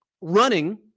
Running